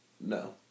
no